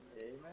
Amen